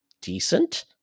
decent